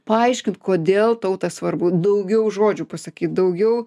paaiškint kodėl tau ta svarbu daugiau žodžių pasakyt daugiau